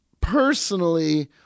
personally